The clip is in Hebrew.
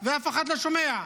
ואף אחד לא שומע.